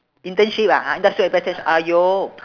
internship ah industrial attach~ !aiyo!